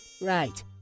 Right